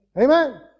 Amen